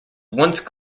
once